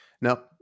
Now